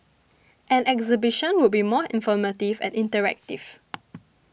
an exhibition would be more informative and interactive